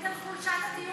זה מעיד על חולשת הטיעון שלך,